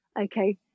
okay